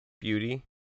beauty